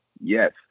Yes